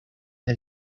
del